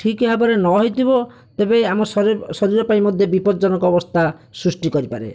ଠିକ୍ ଭାବରେ ନହୋଇଥିବ ତେବେ ଆମ ଶରୀର ଶରୀର ପାଇଁ ମଧ୍ୟ ବିପ୍ପଦଜନକ ଅବସ୍ଥା ସୃଷ୍ଟି କରିପାରେ